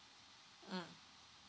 mm